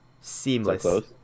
Seamless